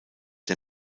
der